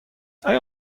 آیا